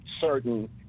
certain